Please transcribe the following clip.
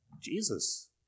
Jesus